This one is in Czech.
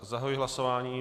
Zahajuji hlasování.